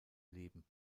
leben